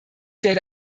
werde